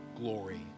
glory